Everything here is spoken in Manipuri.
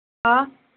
ꯍꯥ